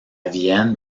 vienne